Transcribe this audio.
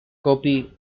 copy